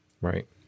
Right